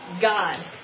God